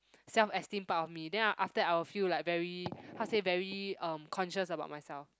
self esteem part of me then I I after that I will feel like very how to say very um conscious about myself